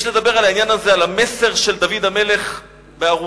יש לדבר על המסר של דוד המלך בארוכה,